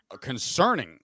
concerning